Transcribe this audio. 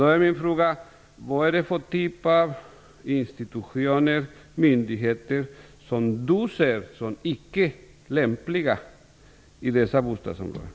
Då är min fråga: Vad är det för typ av institutioner och myndigheter som Leif Blomberg ser som icke lämpliga i dessa bostadsområden?